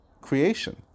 creation